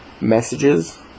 messages